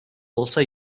olsa